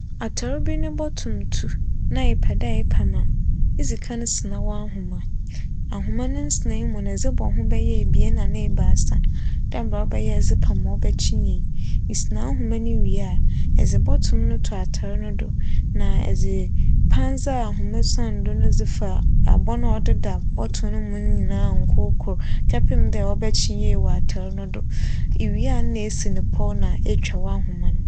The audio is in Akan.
Atar bi no bͻtom tu na epɛ dɛ epam a, idzi kan sina w'ahoma. Ahoma ne nsinae mu no edze bͻ ho bi a ebien anaa ebiasa dɛ mbrɛ ͻbɛyɛ a edze pam a ͻbɛkye yie. Isina ahoma no wie a, edze bͻtom no to atar no do na edze pandze a ahoma san do no fa abͻn a ͻdeda bͻton no mu no nyinaaa nkorkor kɛpem dɛ ͻbɛkye yie wͻ atar no do. Iwie a nna esi no pͻw na etwa w'ahoma.